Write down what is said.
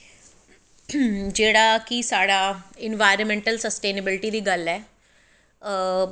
जेह्ड़ा कि साढ़ा इन्बाइरनमैंट सस्टेनेविलटी दी गल्ल ऐ